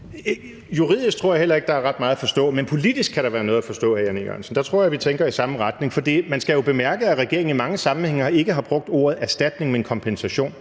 Juridisk tror jeg heller ikke der er ret meget at forstå. Men politisk kan der være noget at forstå, hr. Jan E. Jørgensen. Der tror jeg, vi tænker i samme retning. For man skal jo bemærke, at regeringen i mange sammenhænge ikke har brug ordet erstatning, men kompensation.